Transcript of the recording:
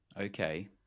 okay